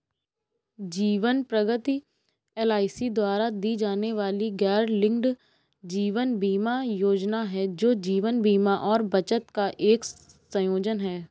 जीवन प्रगति एल.आई.सी द्वारा दी जाने वाली गैरलिंक्ड जीवन बीमा योजना है, जो जीवन बीमा और बचत का एक संयोजन है